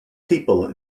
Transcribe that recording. people